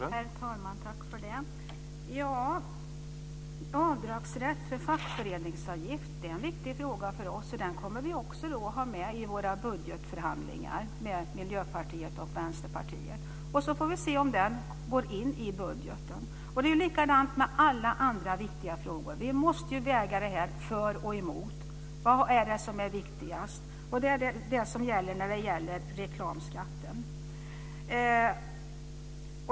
Herr talman! Frågan om avdragsrätt för fackföreningsavgift är viktig för oss, och den kommer vi också att ha med i våra budgetförhandlingar med Miljöpartiet och Vänsterpartiet. Så får vi se om den går in i budgeten. Det är likadant med alla andra viktiga frågor. Vi måste väga för och emot. Vad är det som är viktigast? Det är det som gäller när det gäller reklamskatten.